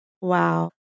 Wow